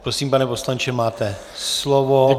Prosím, pane poslanče, máte slovo.